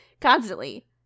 constantly